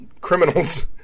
criminals